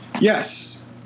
Yes